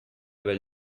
will